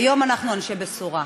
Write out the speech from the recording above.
היום אנחנו אנשי בשורה.